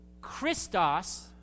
Christos